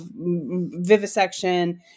vivisection